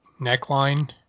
neckline